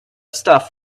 stuff